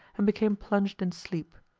and became plunged in sleep.